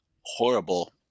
horrible